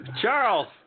Charles